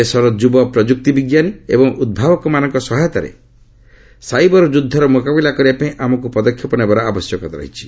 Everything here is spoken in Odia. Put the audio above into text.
ଦେଶର ଯୁବ ପ୍ରଯୁକ୍ତି ବିଙ୍କାନୀ ଏବଂ ଉଭାବକମାନଙ୍କ ସହାୟତାରେ ସାଇବର ଯୁଦ୍ଧର ମୁକାବିଲା କରିବାପାଇଁ ଆମକୁ ପଦକ୍ଷେପ ନେବାର ଆବଶ୍ୟକତା ରହିଛି